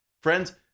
Friends